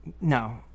No